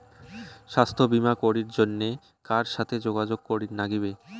স্বাস্থ্য বিমা করির জন্যে কার সাথে যোগাযোগ করির নাগিবে?